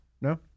No